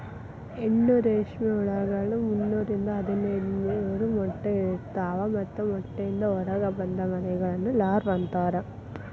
ಹೆಣ್ಣು ರೇಷ್ಮೆ ಹುಳಗಳು ಮುನ್ನೂರಿಂದ ಐದನೂರ ಮೊಟ್ಟೆ ಇಡ್ತವಾ ಮತ್ತ ಮೊಟ್ಟೆಯಿಂದ ಹೊರಗ ಬಂದ ಮರಿಹುಳಗಳನ್ನ ಲಾರ್ವ ಅಂತಾರ